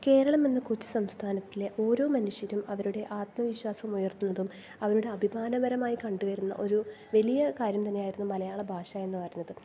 കേരളം എന്ന കൊച്ചു സംസ്ഥാനത്തിലെ ഓരോ മനുഷ്യരും അവരുടെ ആത്മവിശ്വാസം ഉയർത്തുന്നതും അവരുടെ അഭിമാനപരമായി കണ്ടുവരുന്ന ഒരു വലിയ കാര്യം തന്നെ ആയിരുന്നു മലയാള ഭാഷ എന്ന് പറയുന്നത്